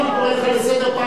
שלא יאיים על הכנסת.